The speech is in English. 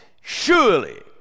Surely